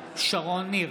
שרון ניר,